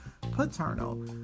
paternal